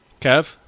Kev